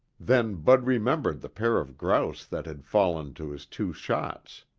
then bud remembered the pair of grouse that had fallen to his two shots.